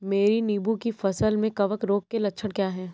मेरी नींबू की फसल में कवक रोग के लक्षण क्या है?